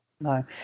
No